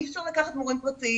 אי אפשר לקחת מורים פרטיים,